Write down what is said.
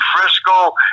Frisco